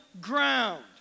ground